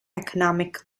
economic